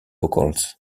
vocals